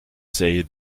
say